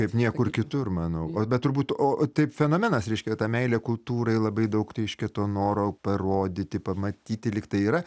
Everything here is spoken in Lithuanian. kaip niekur kitur manau o bet turbūt o taip fenomenas reiškia ta meilė kultūrai labai daug reiškia to noro parodyti pamatyti lyg tai yra